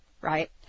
right